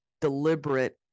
deliberate